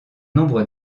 nombre